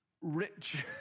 rich